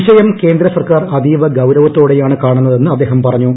വിഷയം കേന്ദ്ര സർക്കാർ അതീവ ഗൌരവത്തോടെയാണ് ്കാണുന്നതെന്ന് അദ്ദേഹം പറഞ്ഞു